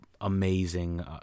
amazing